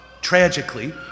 tragically